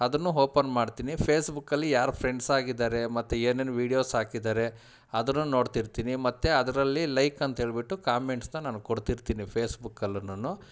ಅದನ್ನೂ ಓಪನ್ ಮಾಡ್ತೀನಿ ಫೇಸ್ಬುಕ್ಕಲ್ಲಿ ಯಾರು ಫ್ರೆಂಡ್ಸಾಗಿದ್ದಾರೆ ಮತ್ತು ಏನೇನು ವೀಡಿಯೋಸ್ ಹಾಕಿದ್ದಾರೆ ಅದನ್ನೂ ನೋಡ್ತಿರ್ತೀನಿ ಮತ್ತು ಅದರಲ್ಲಿ ಲೈಕ್ ಅಂತ ಹೇಳಿಬಿಟ್ಟು ಕಾಮೆಂಟ್ಸನ್ನ ನಾನು ಕೊಡ್ತಿರ್ತೀನಿ ಫೇಸ್ಬುಕ್ಕಲ್ಲುನು